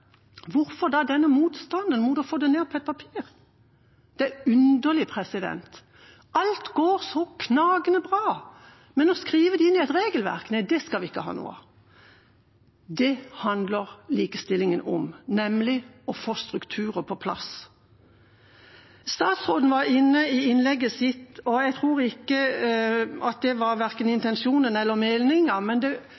hvorfor da denne motstanden mot å få det ned på et papir? Det er underlig. Alt går så knakende bra, men å skrive det inn i et regelverk skal vi ikke ha noe av. Det handler likestillingen om – nemlig å få strukturer på plass. Statsråden var inne på i innlegget sitt – og jeg tror ikke det var verken